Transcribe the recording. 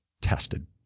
tested